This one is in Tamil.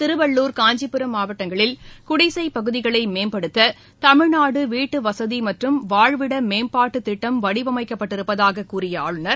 திருவள்ளுர் காஞ்சிபுரம் மாவட்டங்களில் குடிசைப்பகுதிகளை மேம்படுத்த தமிழ்நாடு வீட்டுவசதி மற்றும் வாழ்விட மேம்பாட்டுத் திட்டம் வடிவமைக்கப்பட்டிருப்பதாக கூறிய ஆளுநர்